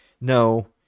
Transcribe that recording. No